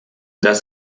dass